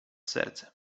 serce